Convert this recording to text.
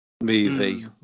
movie